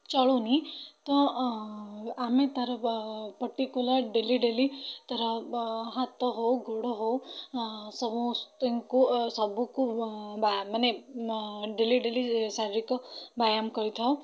ଚଳୁନି ତ ଆମେ ତା'ର ପର୍ଟିକୁଲାର୍ ଡେଲି ଡେଲି ତା'ର ହାତ ହେଉ ଗୋଡ଼ ହେଉ ସମସ୍ତଙ୍କୁ ସବୁକୁ ମାନେ ଡେଲି ଡେଲି ଶାରୀରିକ ବ୍ୟାୟାମ କରିଥାଉ